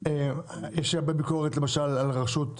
יש לי הרבה ביקורת למשל על רשות המים,